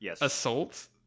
assault